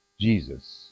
Jesus